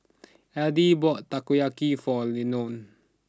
Addie bought Takoyaki for Leonel